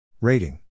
Rating